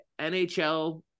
nhl